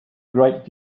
great